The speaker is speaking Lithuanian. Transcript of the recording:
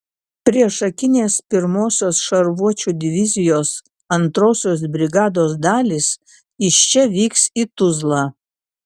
priešakinės pirmosios šarvuočių divizijos antrosios brigados dalys iš čia vyks į tuzlą